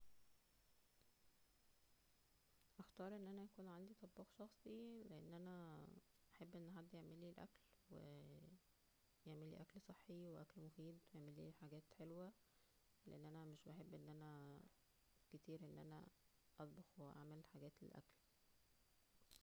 اختار ان انا اكون عنوجى طباخ شخصىى لان انا بحب حد انه يعملى الاكل و ويعملى اكل صحى واكل مفيد و يعملى حاجات حلوة لان انا مش بحب ان انا كتير ان انا اطبخ واعمل حاجات للاكل